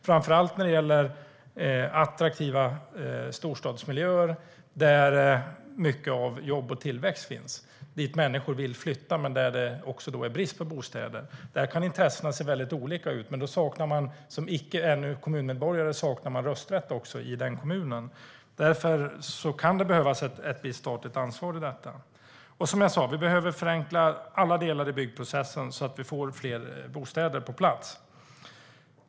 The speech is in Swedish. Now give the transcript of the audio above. Det gäller framför allt attraktiva storstadsmiljöer där mycket av jobb och tillväxt finns, dit människor vill flytta men där det också är brist på bostäder. Där kan intressena se väldigt olika ut, men som ännu icke kommunmedborgare saknar man rösträtt i kommunen. Därför kan det behövas ett visst statligt ansvar i detta. Som jag sa behöver vi förenkla alla delar i byggprocessen så att vi får fler bostäder på plats.